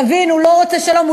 תבין, הוא לא רוצה שלום.